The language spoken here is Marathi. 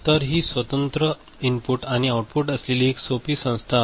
तर ही स्वतंत्र इनपुट आणि आउटपुट असलेली एक सोपी संस्था आहे